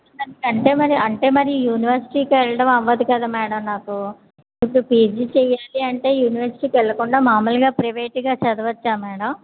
అంటే మరి అంటే మరి యూనివర్సిటీకి వెళ్ళడం అవ్వదు కదా మ్యాడమ్ నాకు ఇప్పుడు పీజీ చెయ్యాలి అంటే యూనివర్సిటీకి వెళ్ళకుండా మామూలుగా ప్రైవేటుగా చదవచ్చా మ్యాడమ్